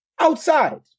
outside